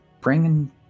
Bringing